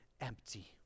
empty